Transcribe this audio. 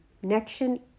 connection